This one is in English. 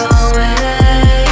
away